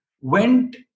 went